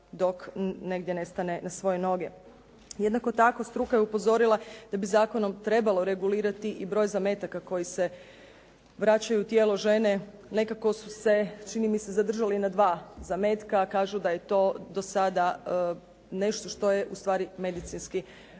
dok negdje ne stane na svoje noge. Jednako tako struka je upozorila da bi zakonom trebalo regulirati i broj zametaka koji se vraćaju u tijelo žene. Nekako su se čini mi se zadržali na dva zametka. Kažu da je to do sada nešto što je ustvari medicinski opravdano.